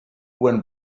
when